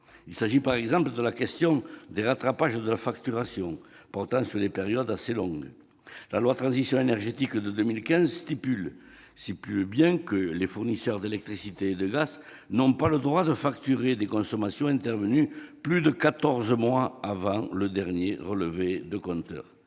Il s'agit par exemple de la question des rattrapages de facturation portant sur des périodes assez longues. La loi relative à la transition énergétique de 2015 prévoit que les fournisseurs d'électricité et de gaz n'ont pas le droit de facturer des consommations intervenues plus de quatorze mois avant le dernier relevé de compteur.